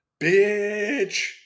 Bitch